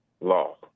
law